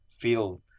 feel